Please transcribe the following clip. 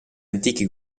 antichi